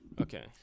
Okay